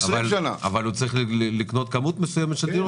הוא צריך לקנות כמות מסוימת של דירות?